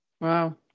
wow